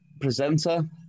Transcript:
presenter